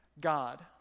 God